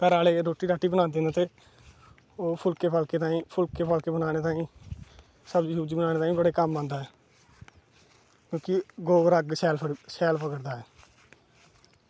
घर आह्ले रुट्टी रट्टी बनांदे न ते ओह् फुल्के फल्के सब्जी सुब्जी बनाने ताहीं बड़ा कम्म आंदा ऐ कि गोवर अग्ग शैल फकड़दा ऐ